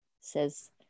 says